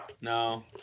no